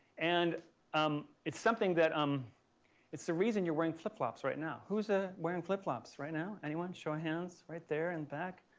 and um it's something that, um it's the reason you're wearing flip flops right now. who's ah wearing flip flops right now? anyone? show of hands. right there. in back.